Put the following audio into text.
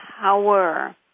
power